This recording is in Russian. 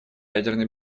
ядерной